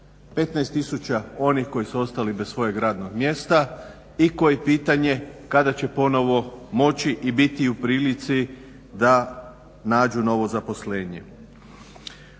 tisuća onih koji su ostali bez svojeg radnog mjesta i koji pitanje kada će ponovno moći i biti u prilici da nađu novo zaposlenje.